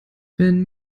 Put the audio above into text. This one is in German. wenn